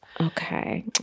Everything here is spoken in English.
Okay